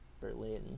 Berlin